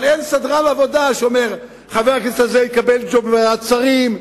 אבל אין סדרן עבודה שאומר: חבר הכנסת הזה יקבל ג'וב בוועדת שרים,